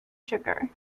sugar